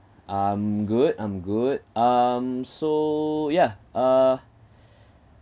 I'm good I'm good um so yeah uh